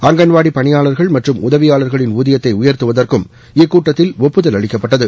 அங்கன்வாடி பணியாளர்கள் மற்றும் உதவியாளர்களின் ஊதியத்தை உயர்த்துவதற்கும் இக்கூட்டத்தில் ஒப்புதல் அளிக்கப்பட்டது